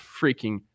freaking